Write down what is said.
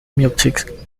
music